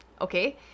Okay